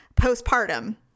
postpartum